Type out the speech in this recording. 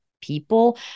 people